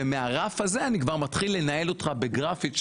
ומהרף הזה אני כבר מתחיל לנהל אותך בגרפים,